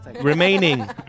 Remaining